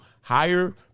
hire